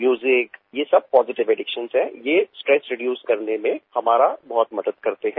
music ये सब positive addiction है यह स्ट्रेस रिड्यूस करने में हमारा बहुत मदद करते हैं